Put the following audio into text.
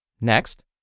Next